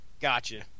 gotcha